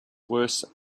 worse